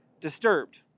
disturbed